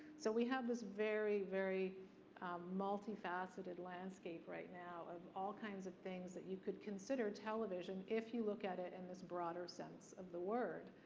so we have this very, very multifaceted landscape right now of all kinds of things that you could consider television if you look at it in this broader sense of the word.